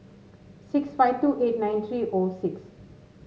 six five two eight nine three O six